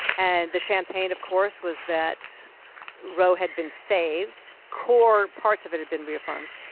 and the champagne, of course, was that roe had been saved, core parts of it had been reaffirmed.